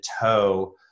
toe